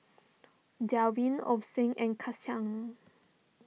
Derwin Ozie and Kecia